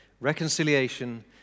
reconciliation